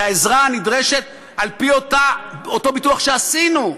העזרה הנדרשת על-פי אותו ביטוח שעשינו?